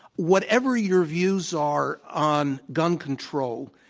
whatever your views are on gun control,